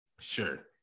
Sure